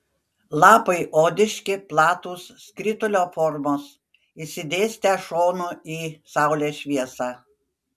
lapai odiški platūs skritulio formos išsidėstę šonu į saulės šviesą